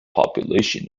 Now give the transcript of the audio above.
population